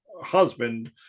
husband